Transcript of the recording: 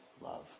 love